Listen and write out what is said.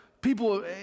people